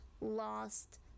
lost